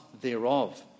thereof